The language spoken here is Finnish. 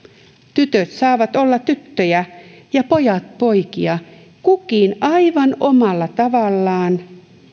tytöt saavat olla tyttöjä ja pojat poikia kukin aivan omalla tavallaan